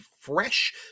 fresh